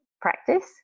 practice